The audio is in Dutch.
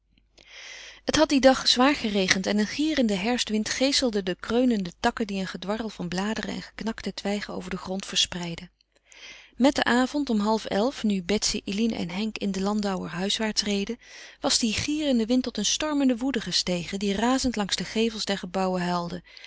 het had dien dag zwaar geregend en een gierende herfstwind geeselde de kreunende takken die een gedwarrel van bladeren en geknakte twijgen over den grond verspreidden met den avond om half elf nu betsy eline en henk in den landauer huiswaarts reden was die gierende wind tot een stormende woede gestegen die razend langs de gevels der gebouwen huilde